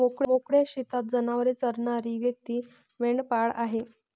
मोकळ्या शेतात जनावरे चरणारी व्यक्ती मेंढपाळ आहे